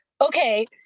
okay